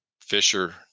Fisher